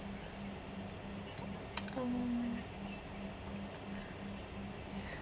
um